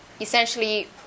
Essentially